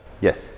Yes